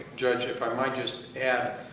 judge, if i might just add,